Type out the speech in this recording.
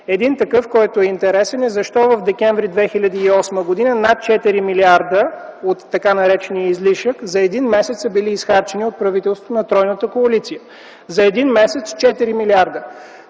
Един такъв въпрос, който е интересен: Защо през м. декември 2008 г. над 4 милиарда от така наречения излишък за един месец са били изхарчени от правителството на тройната коалиция? За един месец – 4 милиарда?!